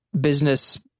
business